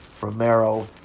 Romero